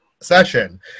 session